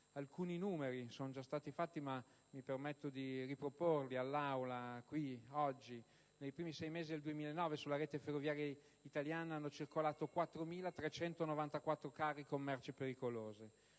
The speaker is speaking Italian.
Alcuni numeri sono già stati fatti, ma oggi mi permetto di riproporli qui, in Aula: nei primi 6 mesi del 2009 sulla rete ferroviaria italiana hanno circolato 4.394 carri con merci pericolose,